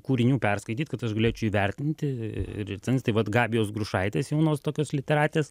kūrinių perskaityt kad aš galėčiau įvertinti ir tai vat gabijos grušaitės jaunos tokios literatės